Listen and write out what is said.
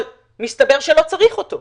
אבל מסתבר שלא צריך אותו.